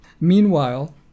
Meanwhile